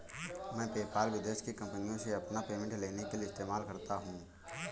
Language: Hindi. मैं पेपाल विदेश की कंपनीयों से अपना पेमेंट लेने के लिए इस्तेमाल करता हूँ